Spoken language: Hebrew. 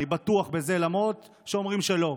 אני בטוח בזה, למרות שאומרים שלא.